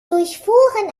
durchfuhren